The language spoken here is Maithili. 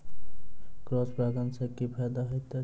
क्रॉस परागण सँ की फायदा हएत अछि?